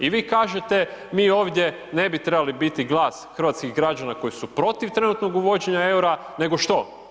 I vi kažete, mi ovdje ne bi trebali biti glas hrvatskih građana koji su protiv trenutnog uvođenja eura nego što?